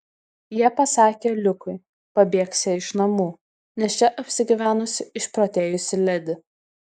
jie pasakė liukui pabėgsią iš namų nes čia apsigyvenusi išprotėjusi ledi